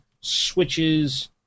switches